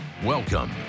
Welcome